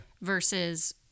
versus